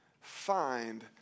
Find